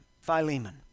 Philemon